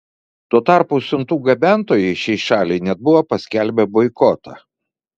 tuo tarpu siuntų gabentojai šiai šaliai net buvo paskelbę boikotą